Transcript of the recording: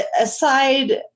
aside